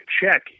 check